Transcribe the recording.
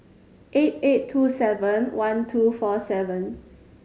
eight eight two seven one two four seven